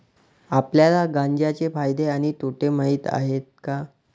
आपल्याला गांजा चे फायदे आणि तोटे माहित आहेत का?